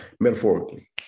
metaphorically